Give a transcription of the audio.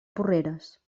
porreres